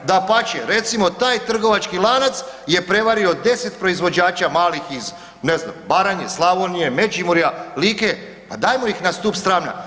Dapače, recimo taj trgovački lanac je prevario 10 proizvođača malih iz, ne znam, Baranje, Slavonije, Međimurja, Like, pa dajmo ih na stup srama.